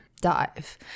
dive